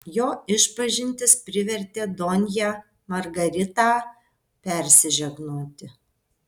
jo išpažintis privertė donją margaritą persižegnoti